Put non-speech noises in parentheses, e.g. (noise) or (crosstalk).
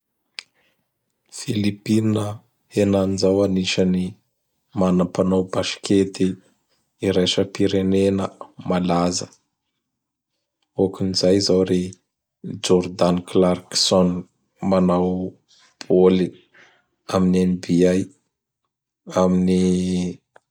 (noise) Philipina henany zao anisan'ny mana panao basikety iraisam-pirenena malaza; hôkin zay zao ry Jordan Clarkson manao bôly amin'ny NBA amin'ny.